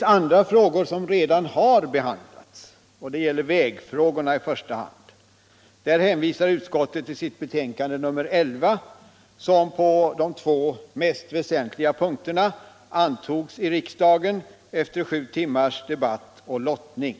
Andra frågor har redan behandlats, i första hand vägfrågorna. Där hänvisar utskottet till sitt betänkande nr 11, som på de två mest väsentliga punkterna antogs av riksdagen efter sju timmars debatt och lottning.